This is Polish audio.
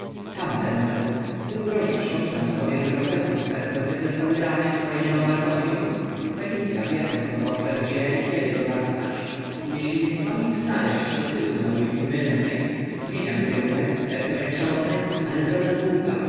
tam pędzę w pół drogi przypominam sobie że profesor spędza zwykle cały ranek w swoim laboratorium felic a wie pewno dobrze gdzie i kiedy go zastać jeśli więc mam ich znaleźć to tylko na ulicy mylne zmieniam kierunek lecę ak szalony ale droga długa